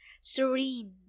serene